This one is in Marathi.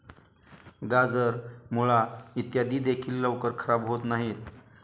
गाजर, मुळा इत्यादी देखील लवकर खराब होत नाहीत